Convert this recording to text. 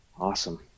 Awesome